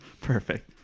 Perfect